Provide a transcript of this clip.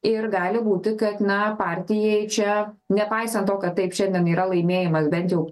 ir gali būti kad na partijai čia nepaisant to kad taip šiandien yra laimėjimas bent jau